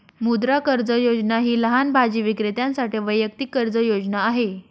मुद्रा कर्ज योजना ही लहान भाजी विक्रेत्यांसाठी वैयक्तिक कर्ज योजना आहे